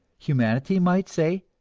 humanity might say,